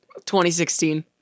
2016